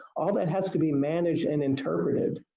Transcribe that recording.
all that has to be managed and interpreted.